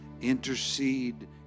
intercede